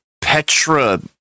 Petra